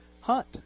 hunt